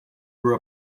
grew